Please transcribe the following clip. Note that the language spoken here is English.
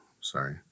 sorry